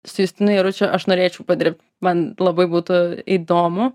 su justinu jaručiu aš norėčiau padirbt man labai būtų įdomu